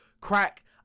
crack